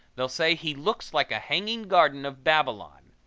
they'll say he looks like a hanging garden of babylon.